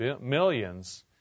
millions